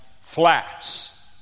flats